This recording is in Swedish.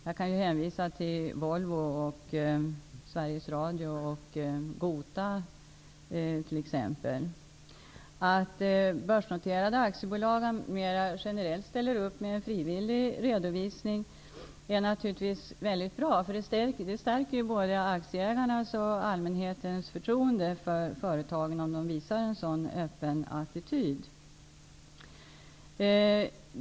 Jag kan hänvisa t.ex. till Volvo, Att börsnoterade aktiebolag mera generellt ställer upp med frivillig redovisning är naturligtvis väldigt bra. Det stärker ju både aktieägarnas och allmänhetens förtroende för företagen om de visar en sådan öppen attityd.